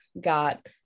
got